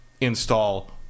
install